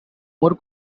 more